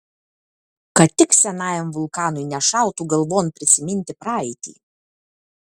kad tik senajam vulkanui nešautų galvon prisiminti praeitį